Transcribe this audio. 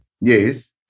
Yes